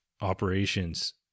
operations